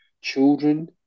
Children